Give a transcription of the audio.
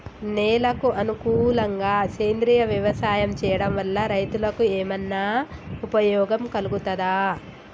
నేలకు అనుకూలంగా సేంద్రీయ వ్యవసాయం చేయడం వల్ల రైతులకు ఏమన్నా ఉపయోగం కలుగుతదా?